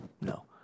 No